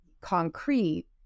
concrete